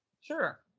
Sure